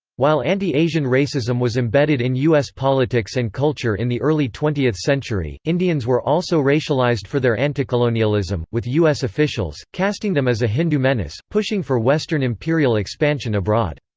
while anti-asian racism was embedded in u s. politics and culture in the early twentieth century, indians were also racialized for their anticolonialism, with u s. officials, casting them as a hindu menace, pushing for western imperial expansion abroad.